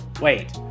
wait